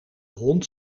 hond